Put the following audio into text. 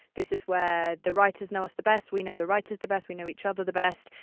this is where the writers know us the best, we know the writers the best, we know each other the best.